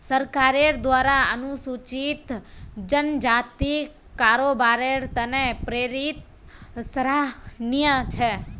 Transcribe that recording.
सरकारेर द्वारा अनुसूचित जनजातिक कारोबारेर त न प्रेरित सराहनीय छ